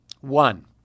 One